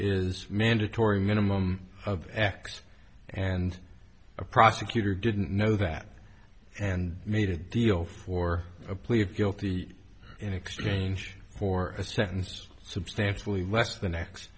is mandatory minimum of x and a prosecutor didn't know that and made a deal for a plea of guilty in exchange for a sentence substantially less than x